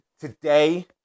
Today